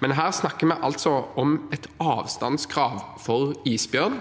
Men her snakker vi altså om et avstandskrav til isbjørn